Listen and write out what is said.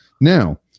Now